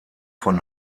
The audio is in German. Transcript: von